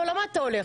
למה אתה הולך?